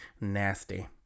Nasty